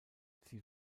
sie